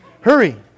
Hurry